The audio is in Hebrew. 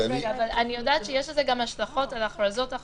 אני יודעת שיש לזה גם השלכות על הכרזות אחרות,